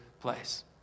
place